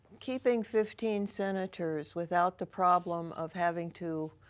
keeping fifteen senators without the problem of having to